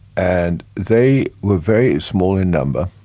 and they were very small in number.